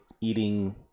eating